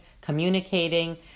communicating